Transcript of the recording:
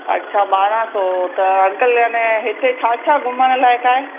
अछा ॿारहां सौ त अंकल अन हिते छा छा घुमणु लाइक़ु आहे